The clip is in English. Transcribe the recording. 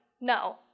No